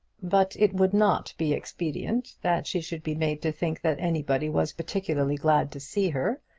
but it would not be expedient that she should be made to think that anybody was particularly glad to see her,